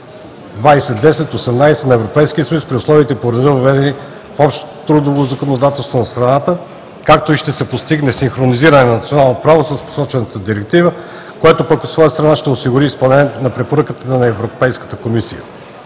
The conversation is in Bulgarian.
2010/18/ЕС, при условията и по реда, въведени в общото трудово законодателство на страната, както и ще се постигне синхронизиране на националното право с посочената Директива, което пък, от своя страна, ще осигури и изпълнение на препоръката на Европейската комисия.